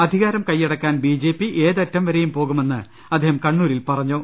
അധികാരം കയ്യടക്കാൻ ബിജെപി ഏതറ്റം വരെയും പോകുമെന്ന് അദ്ദേഹം കണ്ണൂരിൽ പറഞ്ഞു